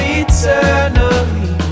eternally